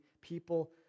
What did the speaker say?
people